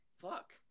Fuck